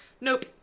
nope